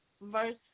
verse